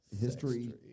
history